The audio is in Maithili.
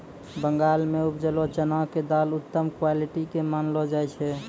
बंगाल मॅ उपजलो चना के दाल उत्तम क्वालिटी के मानलो जाय छै